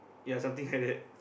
ya something like that